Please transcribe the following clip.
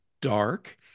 dark